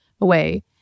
away